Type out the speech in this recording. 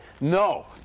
No